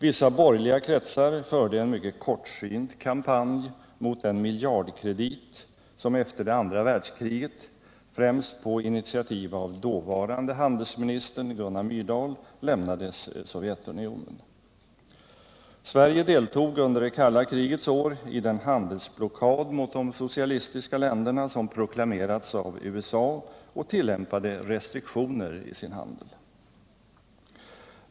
Vissa borgerliga kretsar förde en mycket kortsynt kampanj mot den miljardkredit som efter det andra världskriget, främst på initiativ av dåvarande handelsministern Gunnar Myrdal, lämnades Sovjetunionen. Sverige deltog under det kalla krigets år i den handelsblockad mot de socialistiska länderna, som proklamerats av USA, och tillämpade restriktioner i sin handel.